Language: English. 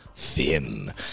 Thin